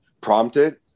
prompted